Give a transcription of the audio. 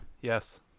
Yes